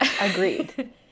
Agreed